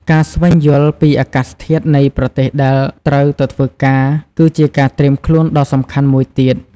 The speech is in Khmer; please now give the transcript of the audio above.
ការស្វែងយល់ពីអាកាសធាតុនៃប្រទេសដែលត្រូវទៅធ្វើការ គឺជាការត្រៀមខ្លួនដ៏សំខាន់មួយទៀត។